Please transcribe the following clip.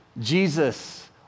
Jesus